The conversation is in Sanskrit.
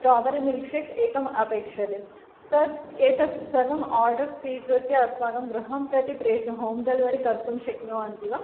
स्ट्राबेरि मिल्क् शेक् एकम् अपेक्षते तद् एतद् सर्वम् आर्डर् स्वीकृत्य अस्माकं गृहं प्रति प्रेशय होम् डेलिवरि कर्तुं शक्नुवन्ति वा